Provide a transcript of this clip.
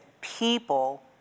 people